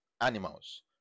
animals